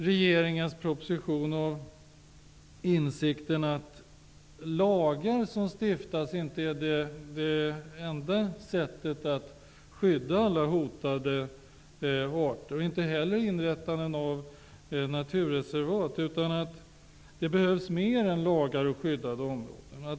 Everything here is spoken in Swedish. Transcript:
Regeringens proposition präglas också av insikten att lagar som stiftas inte är det enda sättet att skydda alla hotade arter, liksom inte heller inrättandet av naturreservat. Det behövs mer än lagar och skyddade områden.